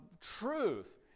truth